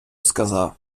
сказав